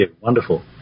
wonderful